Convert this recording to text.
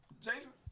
jason